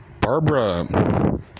Barbara